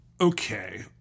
Okay